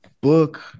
book